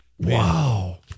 Wow